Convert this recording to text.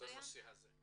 בנושא הזה.